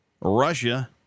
Russia